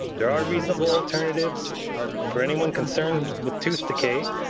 there are reasonable alternatives for anyone concerned with tooth decay,